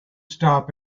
stop